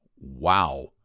wow